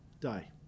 die